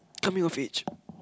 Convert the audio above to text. coming of age